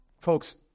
Folks